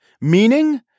Meaning